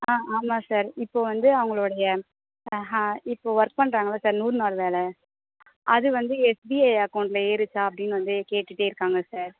ஆ ஆமாம் சார் இப்போது வந்து அவுங்களுடைய இப்போது ஒர்க் பண்ணுறாங்கள்ல சார் நூறு நாள் வேலை அது வந்து எஸ்பிஐ அகௌண்ட்டில் ஏறுச்சா அப்படின்னு வந்து கேட்டுட்டே இருக்காங்க சார்